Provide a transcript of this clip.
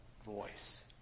voice